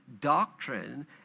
doctrine